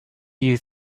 you